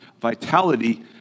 vitality